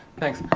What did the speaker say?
thanks.